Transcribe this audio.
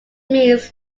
means